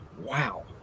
Wow